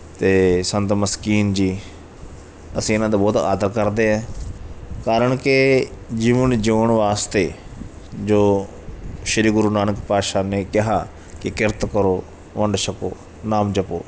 ਅਤੇ ਸੰਤ ਮਸਕੀਨ ਜੀ ਅਸੀਂ ਇਹਨਾਂ ਦਾ ਬਹੁਤ ਆਦਰ ਕਰਦੇ ਹਾਂ ਕਾਰਨ ਕਿ ਜਿਊਣ ਜਿਊਣ ਵਾਸਤੇ ਜੋ ਸ਼੍ਰੀ ਗੁਰੂ ਨਾਨਕ ਪਾਤਸ਼ਾਹ ਨੇ ਕਿਹਾ ਕਿ ਕਿਰਤ ਕਰੋ ਵੰਡ ਛਕੋ ਨਾਮ ਜਪੋ